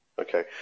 Okay